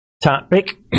topic